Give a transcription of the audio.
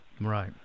Right